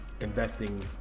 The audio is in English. investing